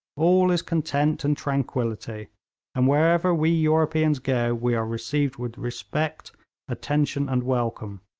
all is content and tranquillity and wherever we europeans go, we are received with respect attention and welcome.